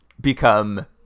become